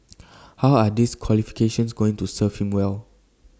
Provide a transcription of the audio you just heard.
how are these qualifications going to serve him well